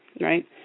right